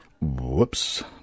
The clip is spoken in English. Whoops